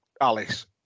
Alice